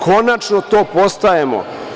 Konačno to postajemo.